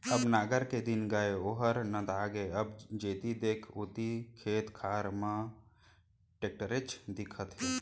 अब नांगर के दिन गय ओहर नंदा गे अब जेती देख ओती खेत खार मन म टेक्टरेच दिखत हे